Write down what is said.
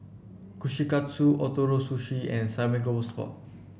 Kushikatsu Ootoro Sushi and Samgeyopsal